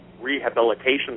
rehabilitation